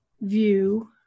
view